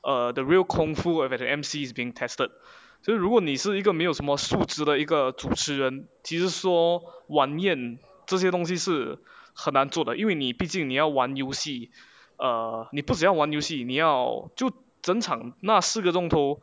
err the real kung fu whereby the emcee is being tested 所以如果你是一个没有什么素质的一个主持人就是说晚宴这些东西是很难做的因为你毕你要玩游戏 err 你不只要玩游戏 err 你不只要玩游戏你要就整场那四个钟头